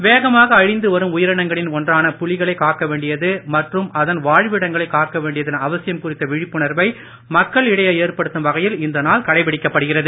வேகமாக அழிந்து வரும் உயிரினங்களின் ஒன்றான புலிகளை காக்க வேண்டியது மற்றும் அதன் வாழ்விடங்களை காக்க வேண்டியதன் அவசியம் குறித்த விழிப்புணர்வை மக்கள் இடையே ஏற்படுத்தும் வகையில் இந்த நாள் கடைப்பிடிக்கப்படுகிறது